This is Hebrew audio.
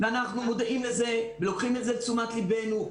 מודעים לזה ולוקחים את זה לתשומת לבנו.